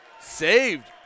Saved